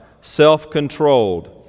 self-controlled